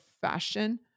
fashion